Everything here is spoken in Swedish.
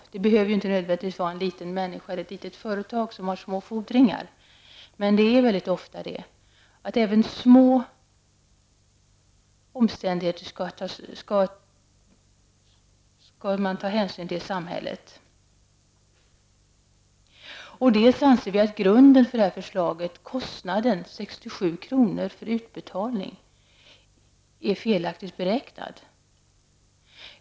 Även om det inte alltid är fråga om en liten människa eller ett litet företag med små fordringar, är det ändå ofta så. För det andra anser vi att grunden för förslaget, kostnaden 67 kr. för utbetalning, är felaktigt beräknad.